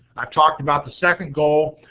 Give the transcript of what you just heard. i've talked about the second goal.